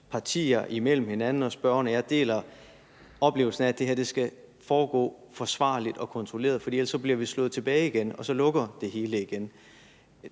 partier imellem hinanden og spørgeren og jeg deler oplevelsen af, at det her skal foregå forsvarligt og kontrolleret, for ellers bliver vi slået tilbage igen, og så lukker det hele igen.